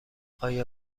آیا